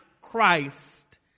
Christ